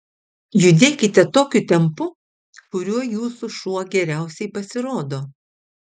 judėkite tokiu tempu kuriuo jūsų šuo geriausiai pasirodo